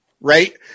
right